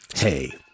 Hey